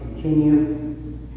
continue